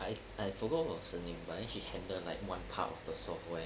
I I forgot about what was the thing but then she handle like one part of the software